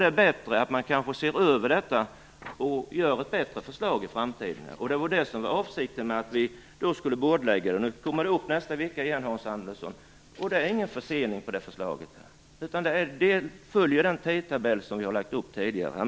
Det kommer upp nästa vecka igen, Hans Andersson, och förslaget är inte försenat. Det följer den tidtabell som vi har lagt upp tidigare.